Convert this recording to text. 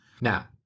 Now